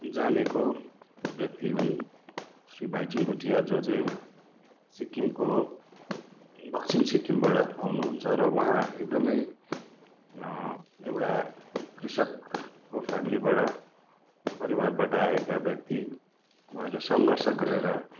जानेको व्यक्ति हुन् श्री भाइचुङ भुटिया जो चाहिँ सिक्किमको दक्षिण सिक्किमबाट आउनुहुन्छ र उहाँ एकदमै एउटा कृषकको फेमिलीबाट परिवारबाट आएका व्यक्ति उहाँले सङ्घर्ष गरेर